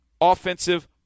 Offensive